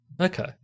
Okay